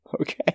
Okay